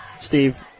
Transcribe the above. Steve